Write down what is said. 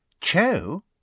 Cho